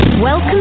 Welcome